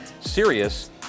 Serious